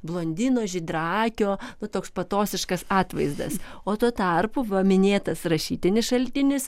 blondino žydraakio nu toks patosiškas atvaizdas o tuo tarpu paminėtas rašytinis šaltinis